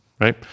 right